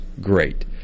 great